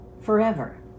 forever